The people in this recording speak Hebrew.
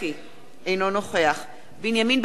אינו נוכח בנימין בן-אליעזר,